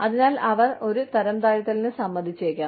അതിനാൽ അവർ ഒരു തരംതാഴ്ത്തലിന് സമ്മതിച്ചേക്കാം